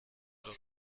doch